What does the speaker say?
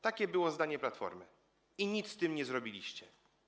Takie było zdanie Platformy i nic z tym nie zrobiliście.